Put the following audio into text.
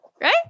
Right